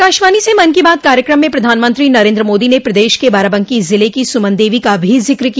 आकाशवाणी से मन की बात कार्यक्रम में प्रधानमंत्री नरेन्द्र मोदी ने प्रदेश के बाराबंकी जिले की सुमन देवी का भी जिक्र किया